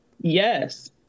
yes